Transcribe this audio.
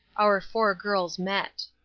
our four girls met.